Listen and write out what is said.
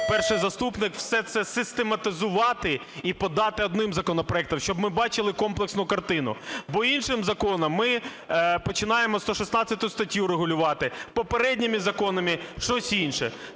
перший заступник, все це систематизувати і подати одним законопроектом, щоб ми бачили комплексну картину. Бо іншим законом ми починаємо 116 статтю регулювати, попередніми законами, щось інше.